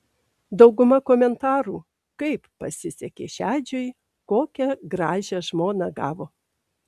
dauguma komentarų kaip pasisekė šedžiui kokią gražią žmoną gavo